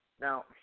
now